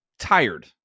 tired